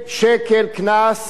1,000 שקל קנס